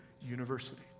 University